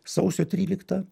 sausio tryliktą